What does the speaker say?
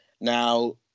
Now